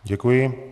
Děkuji.